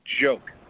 joke